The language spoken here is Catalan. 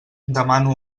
demano